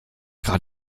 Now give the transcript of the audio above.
gerade